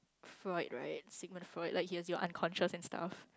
right like he has your unconscious and stuff